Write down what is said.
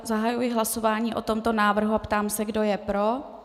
Zahajuji hlasování o tomto návrhu a ptám se, kdo je pro.